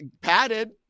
padded